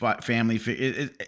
family